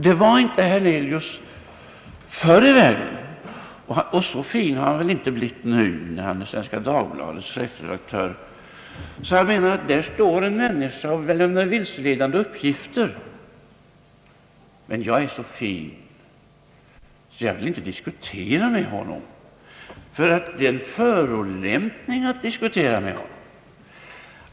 Det var inte herr Hernelius förr i världen, och så fin har han väl inte blivit nu när han är Svenska Dagbladets chefredaktör att han menar: Där står en människa och lämnar vilseledande uppgifter, men jag är så fin att jag inte vill diskutera med honom, ty det är en förolämpning att diskutera med honom!